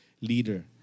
leader